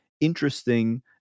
interesting